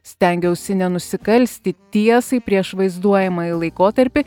stengiausi nenusikalsti tiesai prieš vaizduojamąjį laikotarpį